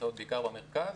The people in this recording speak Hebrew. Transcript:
שנמצאות בעיקר במרכז.